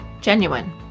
genuine